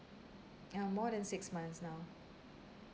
um more than six months now